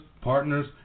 partners